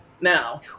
Now